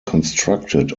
constructed